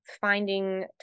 finding